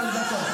אדוני השר.